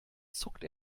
zuckt